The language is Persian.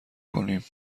کنیم